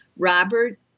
Robert